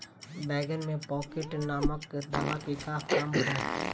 बैंगन में पॉकेट नामक दवा के का काम ह?